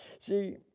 See